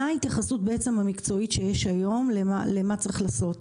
מה ההתייחסות המקצועית שיש היום למה צריך לעשות